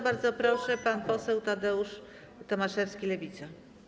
Bardzo proszę, pan poseł Tadeusz Tomaszewski, Lewica.